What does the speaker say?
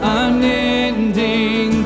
unending